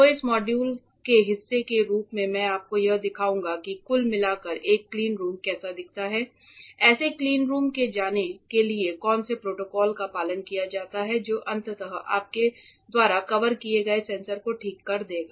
तो इस मॉड्यूल के हिस्से के रूप में मैं आपको यह दिखाऊंगा कि कुल मिलाकर एक क्लीनरूम कैसा दिखता है ऐसे क्लीनरूम में जाने के लिए कौन से प्रोटोकॉल का पालन किया जाता है जो अंततः आपके द्वारा कवर किए गए सेंसर को ठीक कर देगा